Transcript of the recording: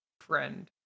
friend